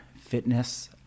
fitness